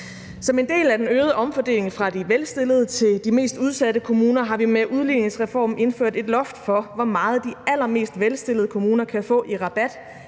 Som en del af den øgede omfordeling fra de velstillede til de mest udsatte kommuner har vi med udligningsreformen indført et loft for, hvor meget de allermest velstillede kommuner kan få i rabat